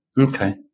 Okay